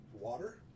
water